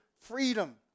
freedom